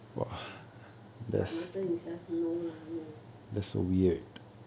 but mutton is just no lah no